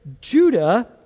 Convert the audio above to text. judah